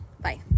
bye